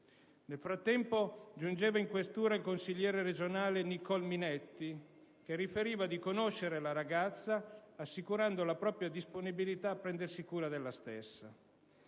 Nel frattempo, giungeva in questura il consigliere regionale Nicole Minetti, che riferiva di conoscere la ragazza, assicurando la propria disponibilità a prendersi cura della stessa.